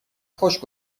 خوش